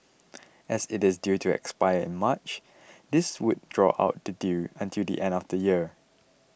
as it is due to expire in March this would draw out the deal until the end of next year